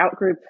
outgroup